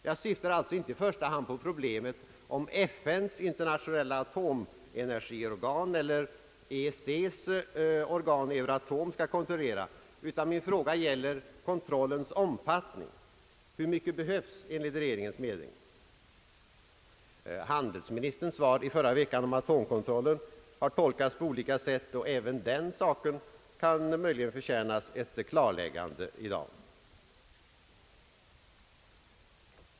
Jag syftar alltså inte i första hand på problemet om FN:s internationella atomenergiorgan eller EEC:s organ Euratom skall kontrollera, utan min fråga gäller kontrollens omfattning. Hur mycket behövs enligt regeringens mening? Handelsministerns svar i förra veckan om atomkontrollen har tolkats på olika sätt, och även den saken kan möjligen förtjäna ett klarläggande i dag.